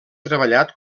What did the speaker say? treballat